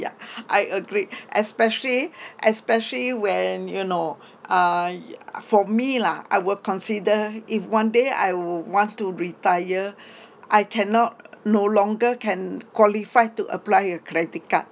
ya I agree especially especially when you know uh ya for me lah I will consider if one day I will want to retire I cannot no longer can qualify to apply a credit card